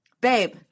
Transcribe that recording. Babe